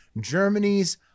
Germany's